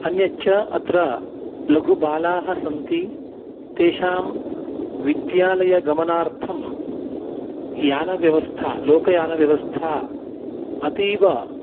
अन्यच्च अत्र लघु बालाः सन्ति तेषां विद्यालयगमनार्थं यानव्यवस्था लोकयानव्यवस्था अतीव